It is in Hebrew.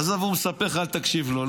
עזוב, הוא מספר לך, אל תקשיב לו.